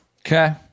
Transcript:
Okay